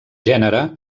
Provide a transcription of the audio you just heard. gènere